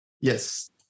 Yes